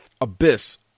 Abyss